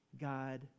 God